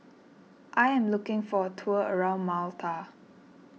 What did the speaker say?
I am looking for a tour around Malta